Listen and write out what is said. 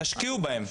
תשקיעו בהם,